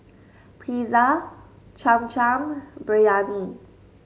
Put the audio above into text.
Pizza Cham Cham and Biryani